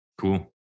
Cool